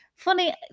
funny